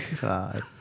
god